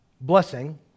Blessing